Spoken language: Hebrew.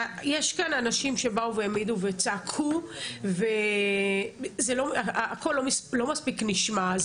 יש כאן אנשים שבאו ועמדו וצעקו והקול לא מספיק נשמע,